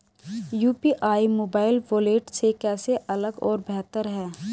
UPI mobile wallet से कैसे अलग और बेहतर है?